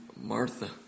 Martha